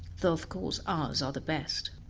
though of course ours are the best.